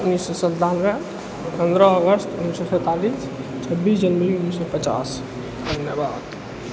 उन्नैस सए सनतानबे पन्द्रह अगस्त उन्नैस सए सैतालीस छब्बीस जनवरी उन्नैस सए पचास धन्यवाद